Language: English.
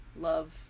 love